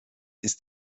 ist